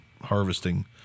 harvesting